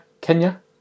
Kenya